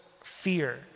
fear